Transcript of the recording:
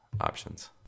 options